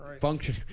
function